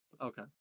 Okay